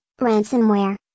ransomware